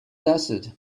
desert